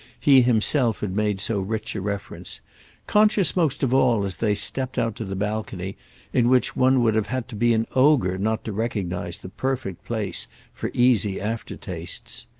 he himself had made so rich a reference conscious most of all as they stepped out to the balcony in which one would have had to be an ogre not to recognise the perfect place for easy aftertastes.